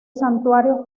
santuario